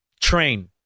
train